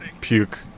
puke